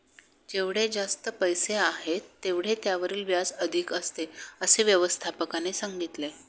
जेवढे जास्त पैसे आहेत, तेवढे त्यावरील व्याज अधिक असते, असे व्यवस्थापकाने सांगितले